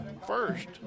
First